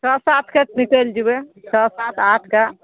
छओ सातके निकलि जेबय छओ सात आठके